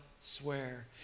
swear